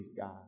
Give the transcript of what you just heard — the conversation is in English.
God